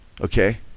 Okay